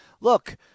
Look